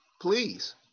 please